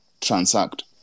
transact